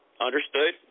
Understood